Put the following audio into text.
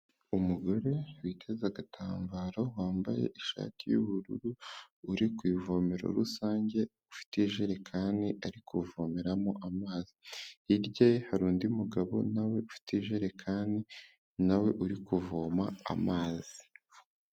Umugore wite agatambaro, wambaye ishati y'ubururu, uri ku ivomero rusange ufite ijerekani ari kuvomeramo amazi, hirya ye hari undi mugabo na we ufite ijerekani na we uri kuvoma amazi.